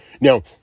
Now